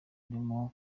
urimo